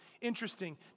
Interesting